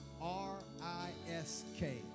R-I-S-K